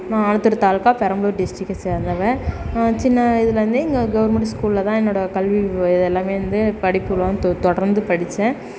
நான் ஆலத்தூர் தாலுக்கா பெரம்பலூர் டிஸ்ட்ரிக்கை சேந்தவ சின்ன வயதுலேருந்தே இங்கே கவர்மெண்டு ஸ்கூலில் தான் என்னோட கல்வி இது எல்லாம் வந்து படிப்புகள் வந் தொ தொடர்ந்து படித்தேன்